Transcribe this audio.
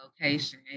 location